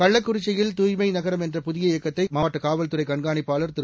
கள்ளக்குறிச்சியில் தூய்மை நகரம் என்ற புதிய இயக்கத்தை அம்மாவட்ட காவல்துறை கண்காணிப்பாளர் திரு